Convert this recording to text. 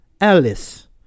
Alice